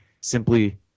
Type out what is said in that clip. simply